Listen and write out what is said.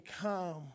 come